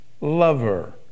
lover